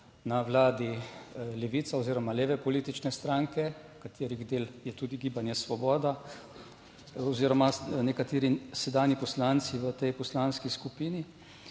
na vladi levica oziroma leve politične stranke, katerih del je tudi Gibanje Svoboda oziroma nekateri sedanji poslanci v tej poslanski skupini.